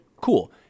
cool